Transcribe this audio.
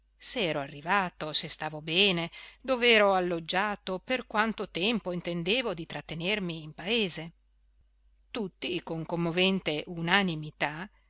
se ero arrivato se stavo bene dov'ero alloggiato per quanto tempo intendevo di trattenermi in paese tutti con commovente unanimità